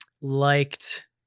liked